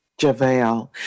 JaVale